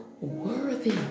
worthy